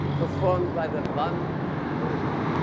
performed by the one and only,